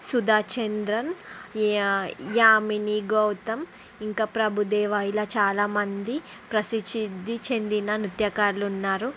సుధాచంద్రన్ యా యామినీగౌతమ్ ఇంకా ప్రభుదేవ ఇలా చాలామంది ప్రసిచిద్ధి చెందిన నృత్యకారులున్నారు